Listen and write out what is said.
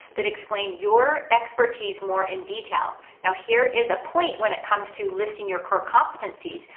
that explain your expertise more in detail. now here is a point when it comes to listing your core competencies,